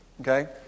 Okay